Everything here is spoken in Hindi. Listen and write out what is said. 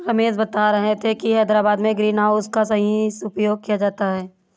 रमेश बता रहे थे कि हैदराबाद में ग्रीन हाउस का सही उपयोग किया जाता है